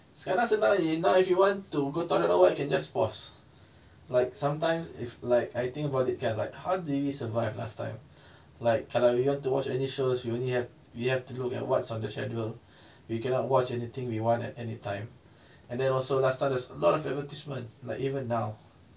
sekarang senang jer now if you want to go toilet or what you can just pause like sometimes if like I think about it kan like how did we survive last time like kalau you've to watch any shows you only have we have to look at what's on the schedule we cannot watch anything we want at anytime and then also last time there's a lot of advertisement like even now